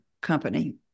company